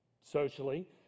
socially